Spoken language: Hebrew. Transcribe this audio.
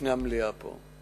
בפני המליאה פה,